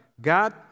God